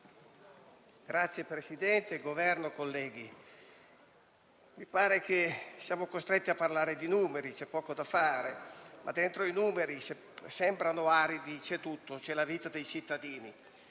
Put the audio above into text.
Signor Presidente, mi pare che siamo costretti a parlare di numeri, c'è poco da fare; ma dentro i numeri, che sembrano aridi, c'è tutto: c'è la vita dei cittadini.